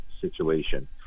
situation